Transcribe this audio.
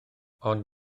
ond